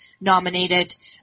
nominated